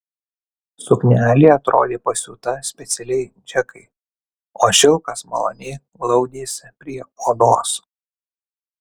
suknelė atrodė pasiūta specialiai džekai o šilkas maloniai glaudėsi prie odos